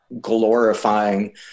Glorifying